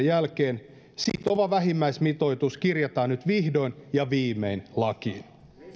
jälkeen sitova vähimmäismitoitus kirjataan nyt vihdoin ja viimein lakiin